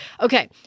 Okay